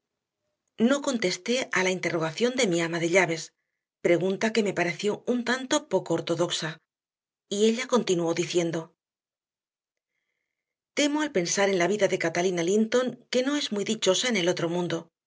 no contesté a la interrogación de mi ama de llaves pregunta que me pareció un tanto poco ortodoxa y ella continuó diciendo temo al pensar en la vida de catalina linton que no es muy dichosa en el otro mundo